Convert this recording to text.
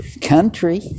country